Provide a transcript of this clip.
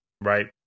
Right